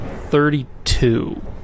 Thirty-two